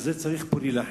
על זה צריך פה להילחם.